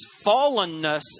fallenness